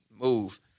move